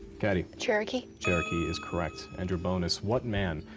catty. cherokee? cherokee is correct. and your bonus. what man,